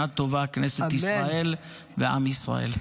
שנה טובה כנסת ישראל ועם ישראל.